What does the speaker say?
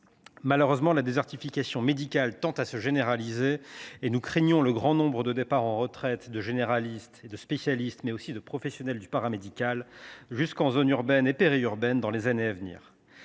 Malheureusement, la désertification médicale tend à se généraliser et nous craignons le grand nombre de départs à la retraite de généralistes et de spécialistes, mais aussi de professionnels du paramédical, jusque dans les zones urbaines et périurbaines, dans les années à venir.